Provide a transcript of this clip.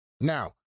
Now